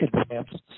advanced